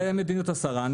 זה מדיניות השרה.